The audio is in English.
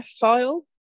file